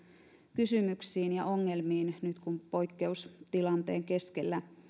kysymyksiin ja ongelmiin nyt kun poikkeustilanteen keskellä